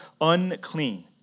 unclean